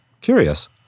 Curious